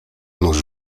nóż